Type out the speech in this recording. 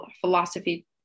philosophy